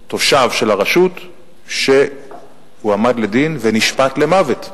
תושב של הרשות שהועמד לדין ונשפט למוות.